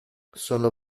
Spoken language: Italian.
sono